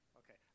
okay